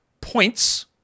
points